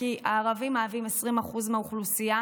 כי הערבים מהווים 20% מהאוכלוסייה,